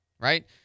right